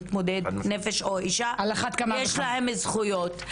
למתמודד נפש או אישה יש זכויות.